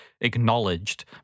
acknowledged